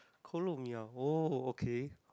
Kolo-Mee ah oh okay